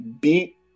beat